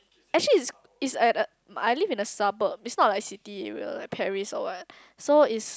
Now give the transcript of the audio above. actually it's it's at uh I live in a suburb is not like city area like Paris or what so is